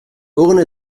urne